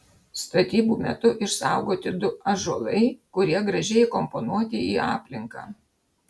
statybų metu išsaugoti du ąžuolai kurie gražiai įkomponuoti į aplinką